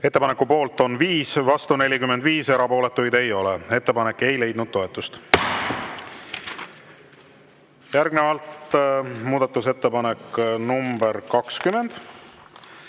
Ettepaneku poolt on 5, vastu 45, erapooletuid ei ole. Ettepanek ei leidnud toetust. Järgnevalt muudatusettepanek nr 20,